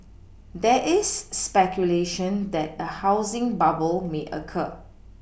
there is speculation that a housing bubble may occur